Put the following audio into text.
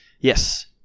Yes